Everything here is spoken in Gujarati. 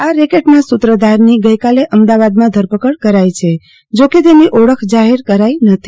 આ રેકેટના સૂત્રધારની ગઈકાલે અમદાવાદમાં ધરપકડ કરાઈ છે જોકે તેની ઓળખ જાહેર કરાઈ નથી